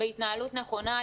לעבוד